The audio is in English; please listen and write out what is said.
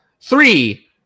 three